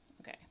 Okay